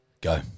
Go